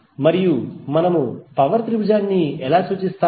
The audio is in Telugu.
మరియు మనము పవర్ త్రిభుజాన్ని ఎలా సూచిస్తాము